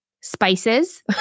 spices